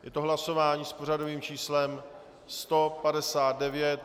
Je to hlasování s pořadovým číslem 159.